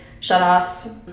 shutoffs